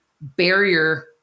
barrier